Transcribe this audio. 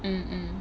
mm mm